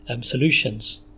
solutions